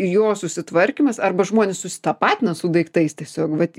jo susitvarkymas arba žmonės susitapatina su daiktais tiesiog vat